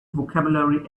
vocabulary